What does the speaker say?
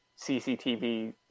CCTV